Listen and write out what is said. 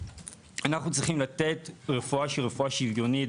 אנחנו צריכים לתת רפואה שהיא רפואה שוויונית,